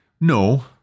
No